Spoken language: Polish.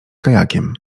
kajakiem